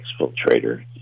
exfiltrator